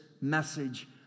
message